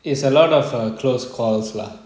it's a lot of err close calls lah